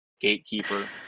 Gatekeeper